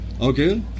Okay